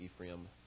ephraim